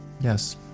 Yes